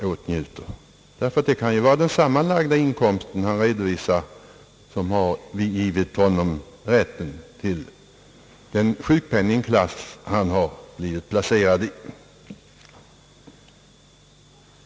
Det kan vara den sammanlagda inkomsten som redovisas, vilken givit rätt till den sjukpenningklass vederbörande blivit placerad i.